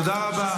תודה רבה.